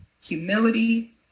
humility